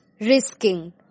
Risking